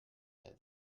that